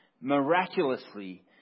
miraculously